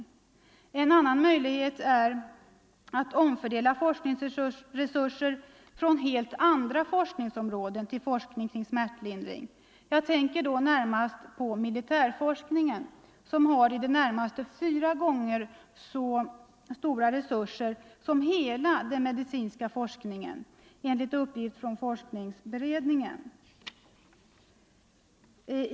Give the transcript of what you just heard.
En annan möjlighet är att omfördela forskningsresurser från helt andra forskningsområden till forskningen kring smärtlindring. Jag tänker då närmast på militärforskningen, som har i det närmaste fyra gånger så stora resurser som hela den medicinska forskningen enligt uppgift från forskningsberedningen.